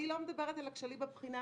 אני לא מדברת על הכשלים בבחינה.